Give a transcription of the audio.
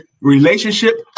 Relationship